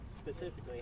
Specifically